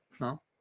No